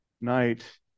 night